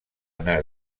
anar